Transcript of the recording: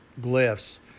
glyphs